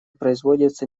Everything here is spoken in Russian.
производится